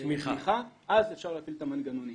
תמיכה אז אפשר להפעיל את המנגנונים,